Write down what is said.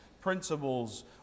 principles